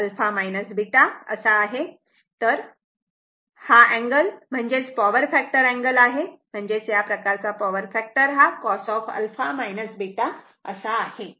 तर हा व्होल्टेज आणि करंट मधील अँगल म्हणजे पॉवर फॅक्टर अँगल आहे म्हणजेच या प्रकारचा पॉवर फॅक्टर हा cos असा आहे